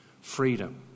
freedom